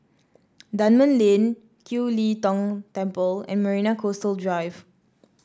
Dunman Lane Kiew Lee Tong Temple and Marina Coastal Drive